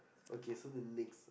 okay so the next